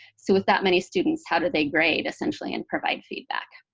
so with that many students, how did they grade, essentially, and provide feedback.